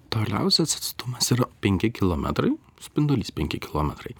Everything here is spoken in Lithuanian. toliausias atstumas yra penki kilometrai spindulys penki kilometrai